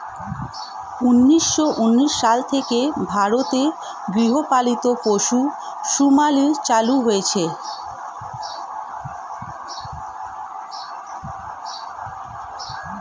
উন্নিশো উনিশ সাল থেকে ভারতে গৃহপালিত পশু শুমারি চালু হয়েছে